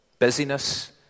busyness